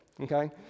okay